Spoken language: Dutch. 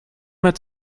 met